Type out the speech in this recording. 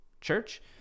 church